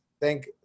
thank